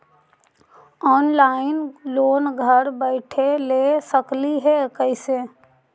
Online loan घर बैठे ले सकली हे, कैसे?